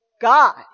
God